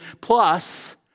Plus